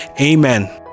amen